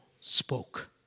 spoke